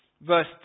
verse